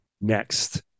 next